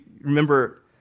remember